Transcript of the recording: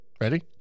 Ready